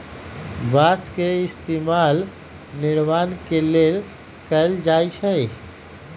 बास के इस्तेमाल निर्माण के लेल कएल जाई छई